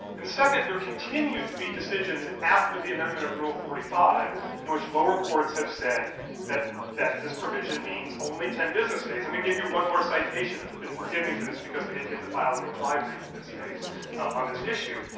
and, second, there continue to be decisions after the amendment of rule forty five in which lower courts have said that that this provision means only ten business days. let me give you one more citation, and forgive me for this because we didn't get to file a reply brief in this case on this issue.